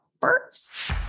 first